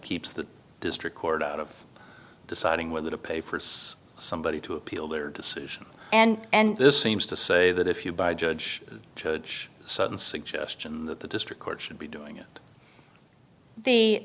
keeps the district court out of deciding whether to pay for somebody to appeal their decision and this seems to say that if you buy a judge judge sudden suggestion that the district court should be doing it the